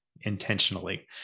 intentionally